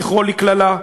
זכרו לקללה,